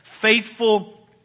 faithful